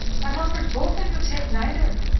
i've offered both, and ye'll take neither.